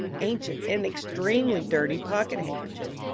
ancient, and extremely dirty pocket-handkerchief.